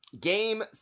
Game